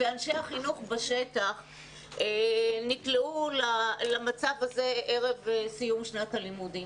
ואנשי החינוך בשטח נקלעו למצב הזה ערב סיום שנת הלימודים.